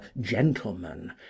gentlemen